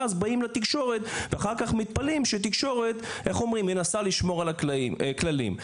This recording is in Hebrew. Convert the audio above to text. ואז באים לתקשורת ואחר כך מתפלאים שהתקשורת מנסה לשמור על הכללים.